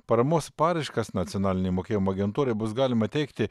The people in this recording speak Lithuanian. paramos paraiškas nacionalinei mokėjimo agentūrai bus galima teikti